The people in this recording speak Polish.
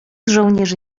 żołnierzy